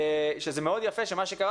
שזה מאוד יפה שמה שקרה,